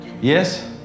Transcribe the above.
Yes